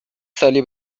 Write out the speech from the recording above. سالی